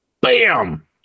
bam